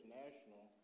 national